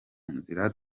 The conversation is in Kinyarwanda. nzira